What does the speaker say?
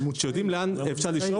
כשיודעים לאן אפשר לשאוף,